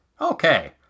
okay